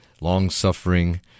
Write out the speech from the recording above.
long-suffering